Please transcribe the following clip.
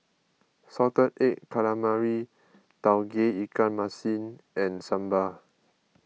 Salted Egg Calamari Tauge Ikan Masin and Sambal